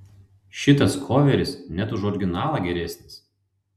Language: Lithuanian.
šitas koveris net už originalą geresnis